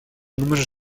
números